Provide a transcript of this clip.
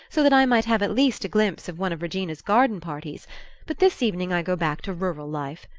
so that i might have at least a glimpse of one of regina's garden-parties but this evening i go back to rural life.